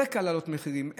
הרקע לעליית המחירים,